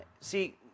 see